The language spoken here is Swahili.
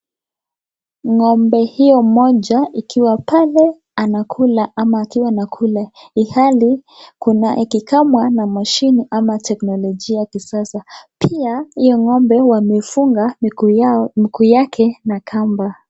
Ng'ombe huyo moja akiwa pale anakula, ilhali kuna mashini ama teknologia ya kisasa huyo ng'ombe amefungwa miguu yake na kamba.